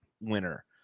winner